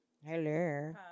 Hello